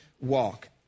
walk